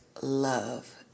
love